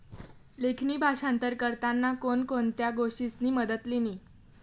लेखणी भाषांतर करताना कोण कोणत्या गोष्टीसनी मदत लिनी